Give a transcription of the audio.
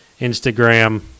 Instagram